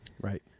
Right